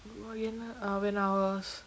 oh when ah when I was